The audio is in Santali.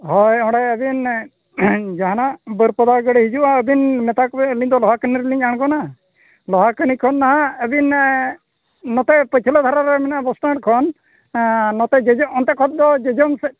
ᱦᱳᱭ ᱚᱸᱰᱮ ᱟᱹᱵᱤᱱ ᱡᱟᱦᱟᱸ ᱱᱟᱦᱟᱜ ᱵᱟᱹᱨᱯᱟᱫᱟ ᱜᱟᱹᱰᱤ ᱦᱤᱡᱩᱜᱼᱟ ᱟᱹᱵᱤᱱ ᱢᱮᱛᱟᱠᱚᱵᱮᱱ ᱟᱹᱞᱤᱧ ᱫᱚ ᱞᱚᱦᱟᱠᱟᱱᱤ ᱨᱮᱞᱤᱧ ᱟᱬᱜᱚᱱᱟ ᱞᱚᱦᱟᱠᱤᱱᱤ ᱠᱷᱚᱱ ᱱᱟᱦᱟᱜ ᱟᱵᱤᱱ ᱱᱚᱛᱮ ᱯᱟᱹᱪᱷᱞᱟᱹ ᱫᱷᱟᱨᱮ ᱢᱮᱱᱟᱜᱼᱟ ᱵᱚᱥᱴᱮᱱ ᱠᱷᱚᱱ ᱱᱚᱛᱮ ᱡᱚᱡᱚᱢ ᱚᱱᱛᱮ ᱠᱷᱚᱱ ᱫᱚ ᱡᱚᱡᱚᱢ ᱥᱮᱫ